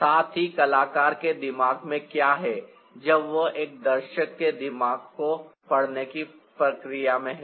साथ ही कलाकार के दिमाग में क्या है जब वह एक दर्शक के दिमाग को पढ़ने की प्रक्रिया में है